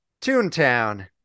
Toontown